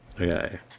Okay